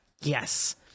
Yes